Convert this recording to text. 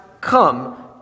come